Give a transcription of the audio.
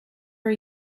are